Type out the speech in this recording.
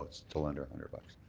but still under a hundred bucks.